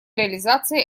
реализации